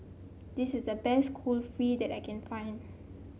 this is the best Kulfi that I can find